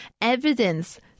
evidence